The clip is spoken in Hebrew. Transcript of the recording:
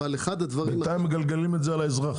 -- בינתיים מגלגלים את זה על האזרח.